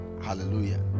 hallelujah